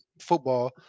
football